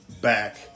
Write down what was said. back